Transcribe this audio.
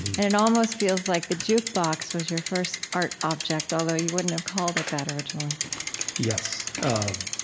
and it almost feels like the jukebox was your first art object, although you wouldn't have called it that originally yes.